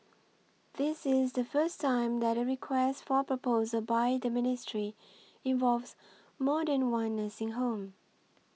this is the first time that a Request for Proposal by the ministry involves more than one nursing home